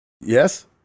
yes